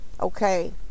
okay